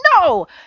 no